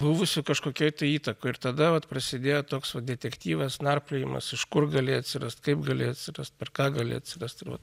buvusi kažkokioj įtakoj ir tada vat prasidėjo toks vat detektyvas narpliojimas iš kur galėjo atsirast kaip galėjo atsirast per ką galėjo atsirast ir vat